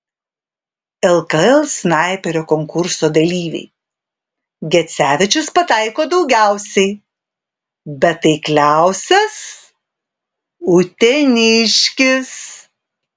lkl snaiperio konkurso dalyviai gecevičius pataiko daugiausiai bet taikliausias uteniškis